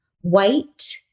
white